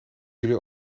jullie